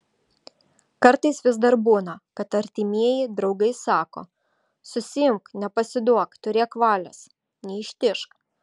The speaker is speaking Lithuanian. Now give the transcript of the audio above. kartais vis dar būna kad artimieji draugai sako susiimk nepasiduok turėk valios neištižk